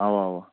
اَوا اَوا